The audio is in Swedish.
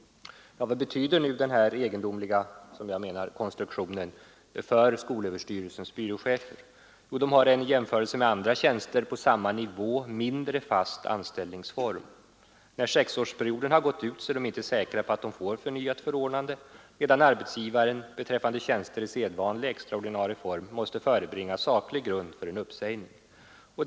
Vad betyder nu denna som jag menar egendomliga konstruktion för skolöverstyrelsens byråchefer? Jo, den betyder att de har en i jämförelse med andra tjänster på samma nivå mindre fast anställningsform. När sexårsperioden har gått ut är de inte säkra på att få förnyat förordnande, medan arbetsgivaren beträffande tjänster i sedvanlig extra ordinarieform måste förebringa saklig grund om en uppsägning skall kunna ske.